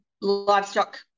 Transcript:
livestock